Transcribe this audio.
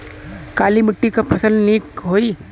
काली मिट्टी क फसल नीक होई?